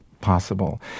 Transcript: possible